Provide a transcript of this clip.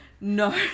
no